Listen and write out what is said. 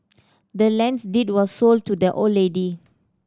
the land's deed was sold to the old lady